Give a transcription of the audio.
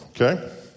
Okay